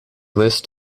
list